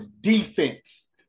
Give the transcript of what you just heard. defense